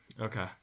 Okay